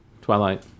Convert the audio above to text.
Twilight